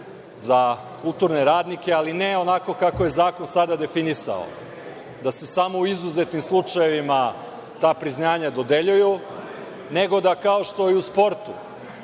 za kulturne radnike, ali ne onako kako je zakon sada definisao, da se samo u izuzetnim slučajevima ta priznanja dodeljuju, nego da kao što i u sportu